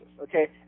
okay